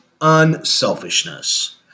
unselfishness